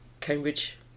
Cambridge